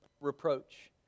reproach